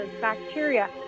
bacteria